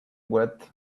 wept